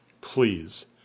Please